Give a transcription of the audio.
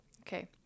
okay